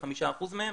95% מהם